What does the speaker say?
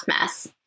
mess